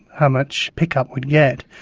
how much pickup we'd get,